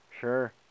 Sure